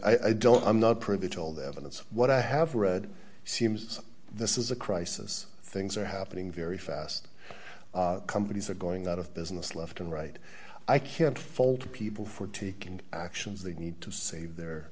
don't i'm not privy to all the evidence what i have read seems this is a crisis things are happening very fast companies are going out of business left and right i can't fault people for taking actions they need to save their